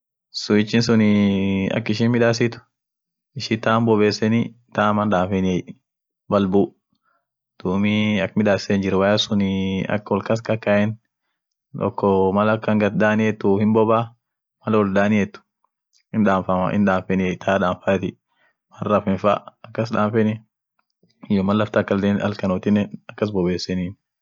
Fuko diketin bare jiinsia jirsunii, huji ishian won chachareko itguuretenie won ak shilingiafa kas kaeteni won ak fuunguoa fa, won chachareko haraka siira baleet, mfuuko jinsia sun kas kaetai. fuuko diketi sun,. won agar haraka siira baleeti, ak laini siimuafa, iyoo shilingia won chachareko dandeete siira hinbuun woishin buut baleet bare akasi sun fuko diketi jinsia kaskaet